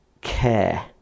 care